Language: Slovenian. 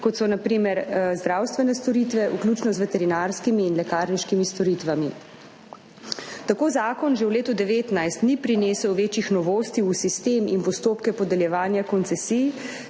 primer zdravstvene storitve, vključno z veterinarskimi in lekarniškimi storitvami. Tako zakon že v letu 2019 ni prinesel večjih novosti v sistem in postopke podeljevanja koncesij,